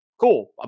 cool